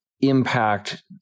impact